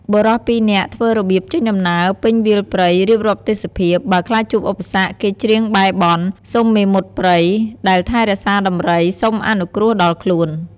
បុរសពីរនាក់ធ្វើរបៀបចេញដំណើរ ពេញវាលព្រៃ រៀបរាប់ទេសភាព ។ បើខ្លាចជួបឧបសគ្គ គេច្រៀងបែរបន់ សុំមេមត់ព្រៃ ដែលថែរក្សាដំរី សុំអនុគ្រោះដល់ខ្លួន។